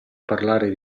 parlare